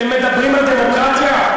אתם מדברים על דמוקרטיה?